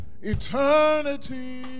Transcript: eternity